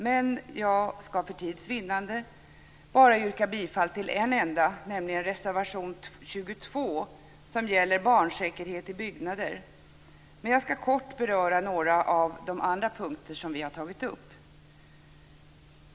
Men för tids vinnande yrkar jag bifall bara till reservation 22 som gäller barnsäkerhet i byggnader. Jag skall kort beröra några av de andra punkterna som vi har tagit upp.